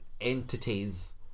entities